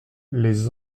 lez